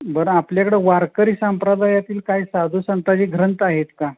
बरं आपल्याकडं वारकरी संप्रदायातील काही साधूसंताचे ग्रंथ आहेत का